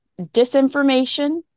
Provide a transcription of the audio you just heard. disinformation